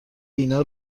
اینا